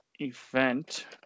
event